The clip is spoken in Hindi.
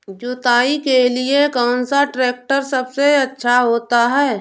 जुताई के लिए कौन सा ट्रैक्टर सबसे अच्छा होता है?